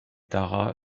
tara